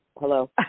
hello